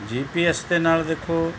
ਜੀ P S ਦੇ ਨਾਲ ਦੇਖੋ